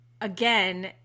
Again